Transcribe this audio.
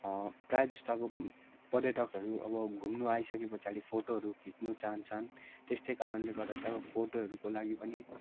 प्रायः जस्तो अब पर्यटकहरू अब घुम्नु आइसके पछाडि फोटोहरू खिच्नु चाहन्छन् त्यस्तै कारणले गर्दा चाहिँ अब फोटोहरूको लागि पनि